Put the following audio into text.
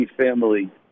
family